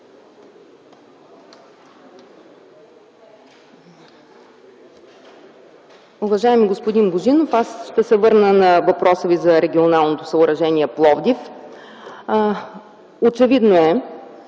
Уважаеми господин Божинов, аз ще се върна на въпроса Ви за регионалното съоръжение в Пловдив. Очевидно е,